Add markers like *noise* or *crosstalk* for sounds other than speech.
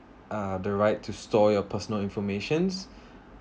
uh the right to store your personal informations *breath*